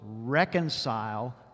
reconcile